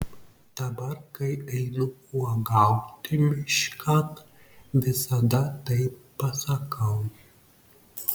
dabar kai einu uogauti miškan visada taip pasakau